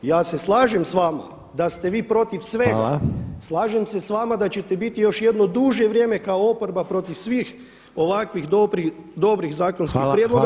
Ja se slažem sa vama da ste vi protiv svega [[Upadica predsjednik: Hvala.]] Slažem se sa vama da ćete biti još jedno duže vrijeme kao oporba protiv svih ovakvih dobrih zakonskih prijedloga.